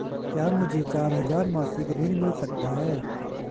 क्या मुझे चार हजार मासिक ऋण मिल सकता है?